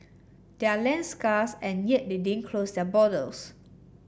they are land scarce and yet they didn't close their